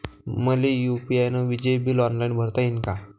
मले यू.पी.आय न विजेचे बिल ऑनलाईन भरता येईन का?